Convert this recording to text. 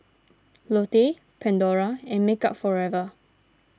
Lotte Pandora and Makeup Forever